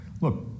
look